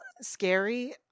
scary